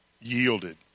yielded